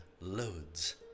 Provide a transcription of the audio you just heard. loads